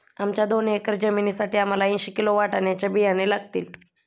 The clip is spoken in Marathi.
आमच्या दोन एकर जमिनीसाठी आम्हाला ऐंशी किलो वाटाण्याचे बियाणे लागतील